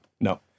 No